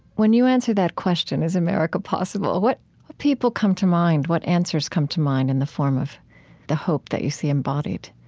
when you answer that question, is america possible? what what people come to mind? what answers come to mind in the form of the hope that you see embodied?